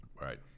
Right